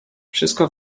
wszystko